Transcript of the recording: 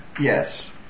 Yes